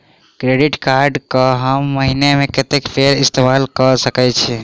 Credit card कऽ हम महीना मे कत्तेक बेर इस्तेमाल कऽ सकय छी?